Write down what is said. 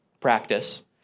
practice